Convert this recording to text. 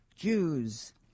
Jews